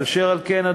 אשר על כן,